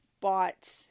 bought